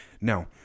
Now